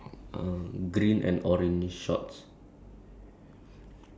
the the description of the guy uh wearing blue slippers